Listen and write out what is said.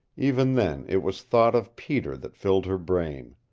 even then it was thought of peter that filled her brain.